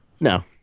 No